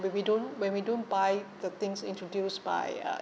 when we don't when we don't buy the things introduced by uh